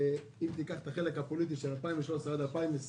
אם תיקח את החלק הפוליטי של השנים 2013 עד 2020,